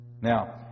Now